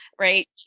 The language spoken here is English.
right